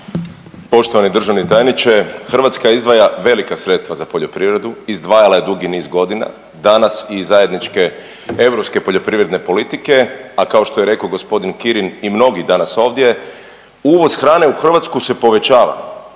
Poštovani državni tajniče, Hrvatska izdvaja velika sredstva za poljoprivredu, izdvajala je dugi niz godina danas iz zajedničke europske poljoprivredne politike, a kao što je rekao gospodin Kirin i mnogi danas ovdje uvoz hrane u Hrvatsku se povećava.